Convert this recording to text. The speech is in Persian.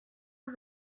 قند